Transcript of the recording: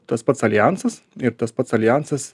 tas pats aljansas ir tas pats aljansas